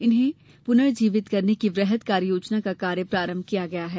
इन्हें पुनर्जीवित करने की वृहद कार्य योजना पर कार्य प्रारंभ किया गया है